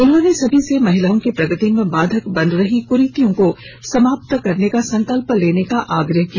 उन्होंने सभी से महिलाओं की प्रगति में बाधक बन रही क्रीतियों को समाप्त करने का संकल्प लेने का आग्रह किया